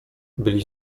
byli